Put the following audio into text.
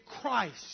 Christ